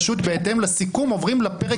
פשוט בהתאם לסיכום עוברים לפרק השני.